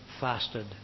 fasted